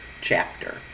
chapter